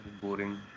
boring